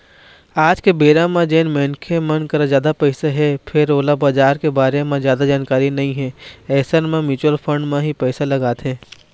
आज के बेरा म जेन मनखे मन करा जादा पइसा हे फेर ओला बजार के बारे म जादा जानकारी नइ हे अइसन मन म्युचुअल फंड म ही पइसा लगाथे